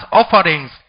offerings